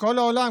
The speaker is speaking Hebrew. בכל העולם,